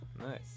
Nice